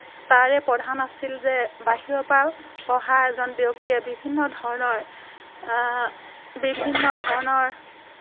তাৰে প্ৰধান আছিল যে বাহিৰৰপৰা অহা এজন ব্যক্তিয়ে বিভিন্ন ধৰণৰ বিভিন্ন ধৰণৰ